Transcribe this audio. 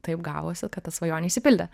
taip gavosi kad ta svajonė išsipildė